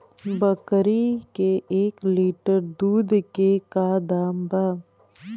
बकरी के एक लीटर दूध के का दाम बा?